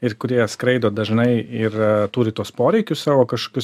ir kurie skraido dažnai ir turi tuos poreikius savo kažkokius